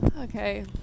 Okay